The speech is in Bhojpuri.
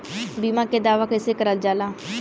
बीमा के दावा कैसे करल जाला?